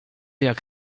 jak